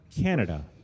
Canada